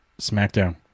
SmackDown